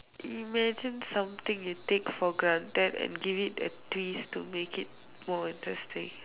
imagine something you take for granted and give it a twist to make it more interesting